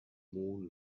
moon